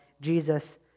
Jesus